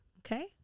Okay